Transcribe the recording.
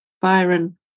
Byron